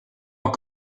leur